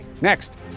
Next